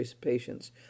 patience